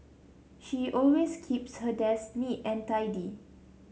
she always keeps her desk neat and tidy